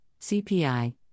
CPI